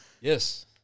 Yes